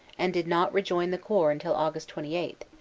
and did not rejoin the corps until aug. twenty eight,